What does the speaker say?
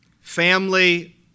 family